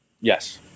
Yes